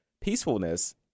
peacefulness